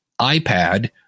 iPad